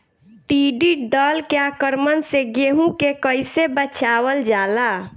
टिडी दल के आक्रमण से गेहूँ के कइसे बचावल जाला?